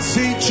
See